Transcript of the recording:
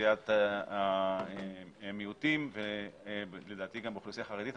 באוכלוסיית המיעוטים ולדעתי גם באוכלוסייה החרדית,